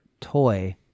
toy